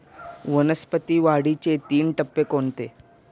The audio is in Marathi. वनस्पतींच्या वाढीचे तीन टप्पे कोणते?